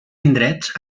indrets